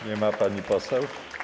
Nie ma pani poseł?